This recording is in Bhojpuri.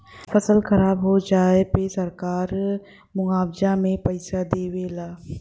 फसल खराब हो जाये पे सरकार मुआवजा में पईसा देवे ला